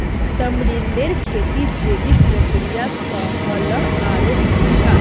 तमरींदेर खेती जैविक प्रक्रिया स ह ल आरोह अच्छा